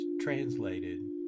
translated